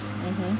mmhmm